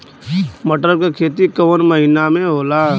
मटर क खेती कवन महिना मे होला?